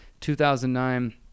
2009